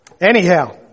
Anyhow